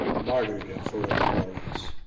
martyred and for ever glorious.